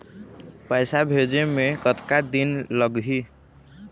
पैसा भेजे मे कतका दिन लगही?